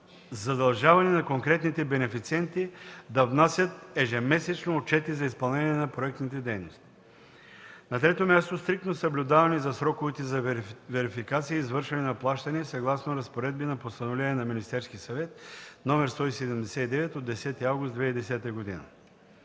задължаване на конкретните бенефициенти да внасят ежемесечни отчети за изпълнение на проектните дейности. На трето място – стриктно съблюдаване за сроковете за верификация и извършване на плащания съгласно разпоредбите на Постановление на Министерския съвет № 179 от 10 август 2010 г.